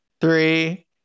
three